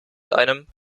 einem